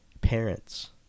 parents